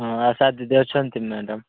ହଁ ଆଶା ଦିଦି ଅଛନ୍ତି ମ୍ୟାଡାମ୍